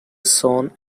son